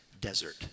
desert